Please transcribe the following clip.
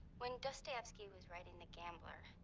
when dostoyevsky was writing the gambler,